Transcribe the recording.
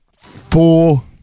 four